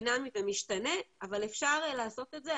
דינמי ומשתנה אבל אפשר לעשות את זה.